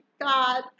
God